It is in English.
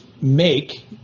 make